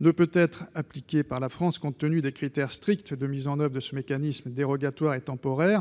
ne peut être appliqué par la France compte tenu des critères stricts de mise en oeuvre de ce mécanisme dérogatoire et temporaire.